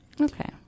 Okay